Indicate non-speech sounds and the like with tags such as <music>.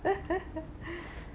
<laughs>